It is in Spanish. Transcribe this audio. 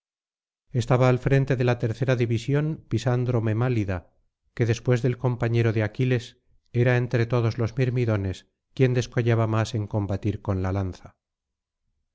estaba al frente de la tercera división pisandro memálida que después del compañero de aquiles era entre todos los mirmidones quien descollaba más en combatir con la lanza